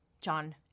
John